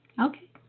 Okay